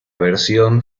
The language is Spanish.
versión